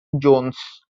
jones